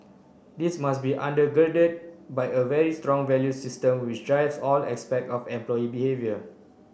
this must be under by girded a very strong values system which drives all aspect of employee behaviour